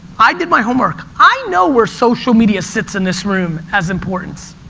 i did my homework. i know where social media sits in this room as importance.